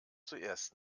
zuerst